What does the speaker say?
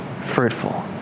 fruitful